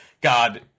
God